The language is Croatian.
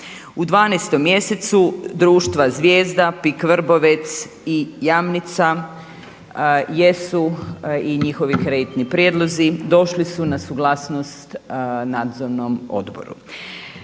U 12. mjesecu društva Zvijezda, PIK Vrbovec i Jamnica jesu i njihovi kreditni prijedlozi došli su na suglasnost Nadzornom odboru.